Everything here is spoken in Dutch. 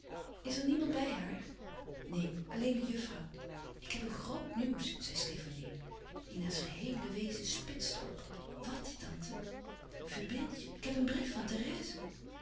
is er niemand bij haar neen alleen de juffrouw ik heb een groot nieuws zei stefanie ina's geheele wezen spitste op wat tante verbeeld je ik heb een brief van